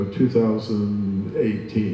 2018